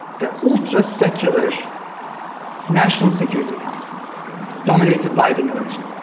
the ultra-secular national security council dominated by the military,